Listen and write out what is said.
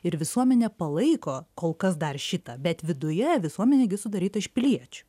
ir visuomenė palaiko kol kas dar šitą bet viduje visuomenė gi sudaryta iš piliečių